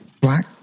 black